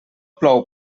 plou